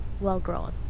well-grown